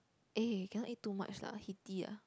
eh cannot eat too much lah heaty ah